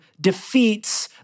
defeats